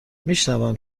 میشونم